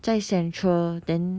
在 central then